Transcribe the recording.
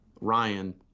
Ryan